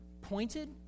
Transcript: pointed